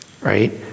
Right